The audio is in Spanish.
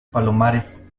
palomares